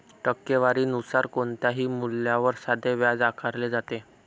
टक्केवारी नुसार कोणत्याही मूल्यावर साधे व्याज आकारले जाते